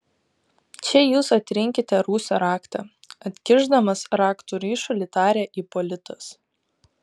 čia jūs atrinkite rūsio raktą atkišdamas raktų ryšulį tarė ipolitas